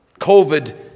COVID